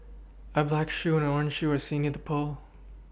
a black shoe and orange shoe are seen near the pole